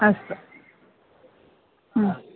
अस्तु